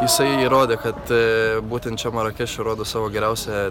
jisai įrodė kad būtent čia marakeše rodo savo geriausią